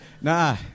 Nah